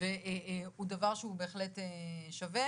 הוא דבר שבהחלט שווה